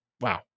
wow